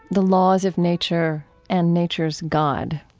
the laws of nature and nature's god,